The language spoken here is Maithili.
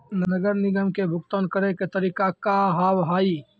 नगर निगम के भुगतान करे के तरीका का हाव हाई?